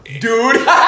Dude